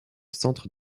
centre